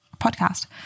podcast